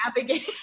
navigate